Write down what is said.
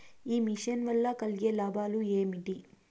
ఈ మిషన్ వల్ల కలిగే లాభాలు ఏమిటి?